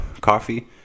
coffee